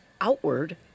outward